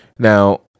Now